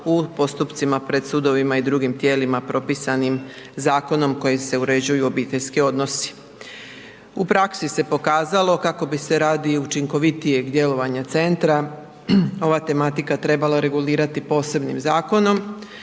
u postupcima pred sudovima i drugim tijelima propisanim zakonom kojim se uređuju obiteljski odnosi. U praksi se pokazalo kako bi se radi učinkovitijeg djelovanja centra ova tematika trebala regulirati posebnim zakonom